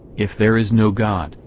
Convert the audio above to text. if there is no god,